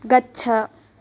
गच्छ